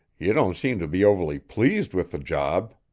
you don't seem to be overly pleased with the job.